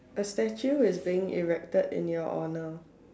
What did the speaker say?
A statue is being erected in your honour